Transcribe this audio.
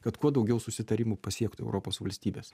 kad kuo daugiau susitarimų pasiektų europos valstybes